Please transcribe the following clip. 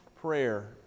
prayer